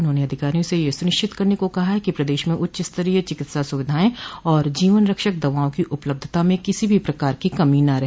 उन्होंने अधिकारियों से यह सुनिश्चित करने को कहा कि प्रदेश में उच्चस्तरीय चिकित्सा सुविधाएं और जीवन रक्षक दवाओं की उपलब्धता में किसी भी प्रकार की कमी न रहे